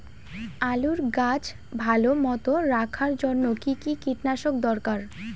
আলুর গাছ ভালো মতো রাখার জন্য কী কী কীটনাশক দরকার?